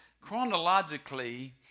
chronologically